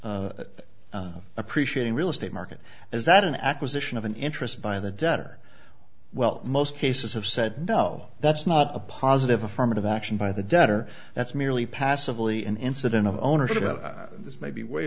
a appreciating real estate market is that an acquisition of an interest by the debtor well most cases have said no that's not a positive affirmative action by the debtor that's merely passively an incident of ownership this may be way